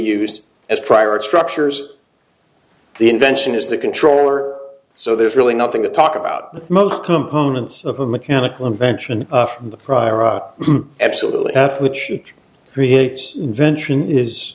used as priority structures the invention is the controller so there's really nothing to talk about the most components of a mechanical invention of the prior absolute that which creates invention is